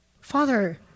Father